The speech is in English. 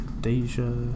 Deja